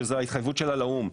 שזה ההתחייבות שלה לאו"ם,